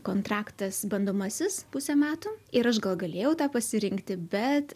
kontraktas bandomasis pusę metų ir aš gal galėjau tą pasirinkti bet